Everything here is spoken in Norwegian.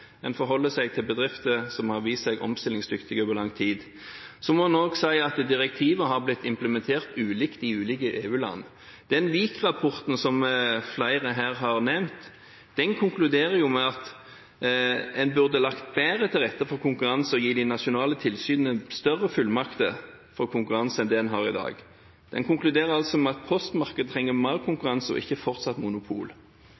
En forholder seg til bedrifter som har vist seg omstillingsdyktige over lang tid. Så må en også si at direktivet har blitt implementert ulikt i ulike EU-land. Den WIK-rapporten som flere her har nevnt, konkluderer med at en burde lagt bedre til rette for konkurranse og gitt de nasjonale tilsynene større fullmakter for konkurranse enn det en har i dag. Den konkluderer altså med at postmarkedet trenger mer konkurranse og ikke fortsatt monopol,